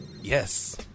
Yes